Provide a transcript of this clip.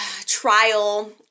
trial